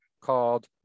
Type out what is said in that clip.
called